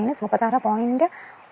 9o o ampere ആയിരിക്കും